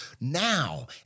now